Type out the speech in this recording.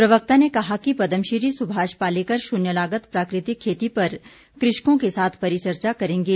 प्रवक्ता ने कहा कि पद्मश्री सुभाष पालेकर शून्य लागत प्राकृतिक खेती पर कृषकों के साथ परिचर्चा करेंगे